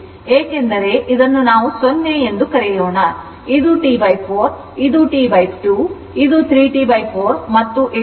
ಏಕೆಂದರೆ ಇದನ್ನು ನಾವು 0 ಎಂದು ಕರೆಯೋಣ ಇದು T 4 ಇದು T 2 ಇದು 3 T 4 ಮತ್ತು ಇದು T